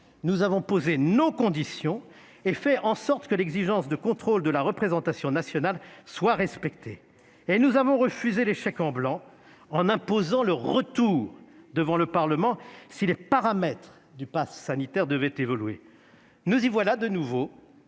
nous avons posé nos conditions et fait en sorte que l'exigence de contrôle de la représentation nationale soit respectée. Et nous avons refusé les chèques en blanc en imposant le retour devant le Parlement si les paramètres du passe sanitaire devaient évoluer. Nous y voilà de nouveau